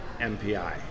MPI